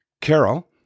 Carol